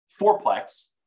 fourplex